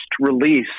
release